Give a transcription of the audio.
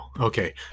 okay